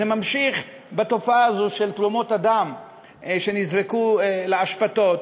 זה המשיך בתופעה הזאת של תרומות הדם שנזרקו לאשפתות,